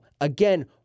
Again